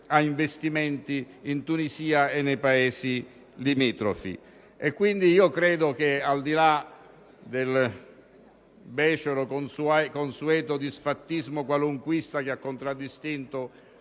investimenti in Tunisia e nei Paesi limitrofi. Credo che, al di là del becero e consueto disfattismo qualunquista che ha contraddistinto